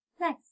Nice